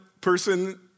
person